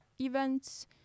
events